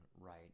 right